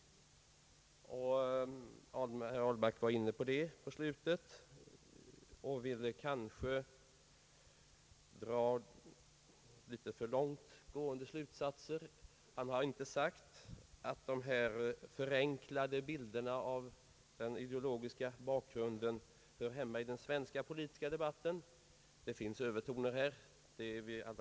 Herr Ahlmark var inne på detta i slutet av sitt anförande och ville kanske dra litet för långt gående slutsatser. Han har inte sagt att dessa förenklade bilder av den ideologiska bakgrunden hör hemma i den svenska politiska debatten. Vi är alla klara över att det här förekommer övertoner.